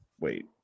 wait